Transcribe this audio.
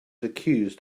accused